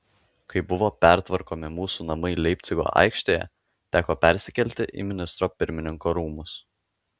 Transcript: kai buvo pertvarkomi mūsų namai leipcigo aikštėje teko persikelti į ministro pirmininko rūmus